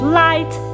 light